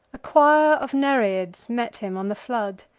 a choir of nereids meet him on the flood,